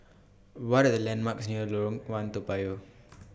What Are The landmarks near Lorong one Toa Payoh